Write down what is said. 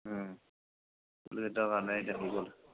ওম টোলগেটৰ কাৰণে